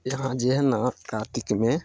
यहाँ जे हइ नऽ कातिकमे